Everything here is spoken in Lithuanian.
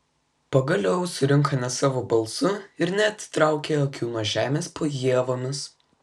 pagaliau surinka ne savo balsu ir neatitraukia akių nuo žemės po ievomis